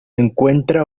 encuentra